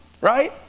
right